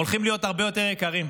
הולכות להיות הרבה יותר יקרות.